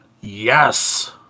Yes